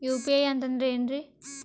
UPI ಅಂತಂದ್ರೆ ಏನ್ರೀ?